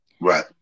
Right